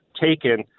taken